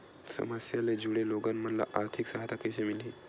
समस्या ले जुड़े लोगन मन ल आर्थिक सहायता कइसे मिलही?